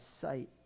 sight